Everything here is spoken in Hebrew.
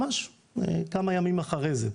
ממש כמה ימים אחרי זה.